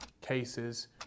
cases